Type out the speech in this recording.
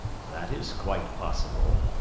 that is quite possible.